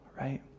Right